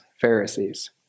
Pharisees